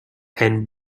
and